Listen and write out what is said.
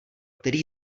který